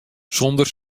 sûnder